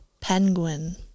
penguin